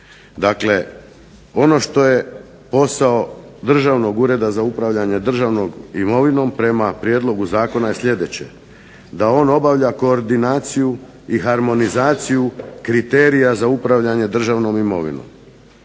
Dakle, ono što je posao državnog ureda za upravljanje državnom imovinom prema Prijedlogu zakona je sljedeće: da on obavlja koordinaciju i harmonizacija kriterija za upravljanje državnom imovinom,